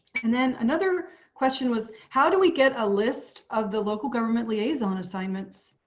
and then another question was how do we get a list of the local government liaison assignments.